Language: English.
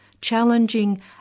challenging